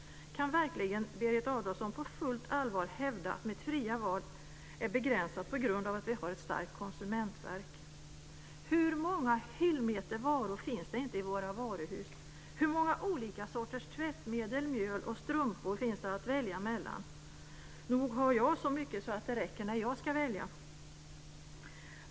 Kan verkligen Berit Adolfsson på fullt allvar hävda att mitt fria val är begränsat på grund av att vi har ett starkt konsumentverk? Hur många hyllmeter varor finns det inte i våra varuhus? Hur många olika sorters tvättmedel, mjöl och strumpor finns det välja mellan? Nog finns det så mycket att det räcker när jag ska välja.